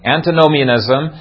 Antinomianism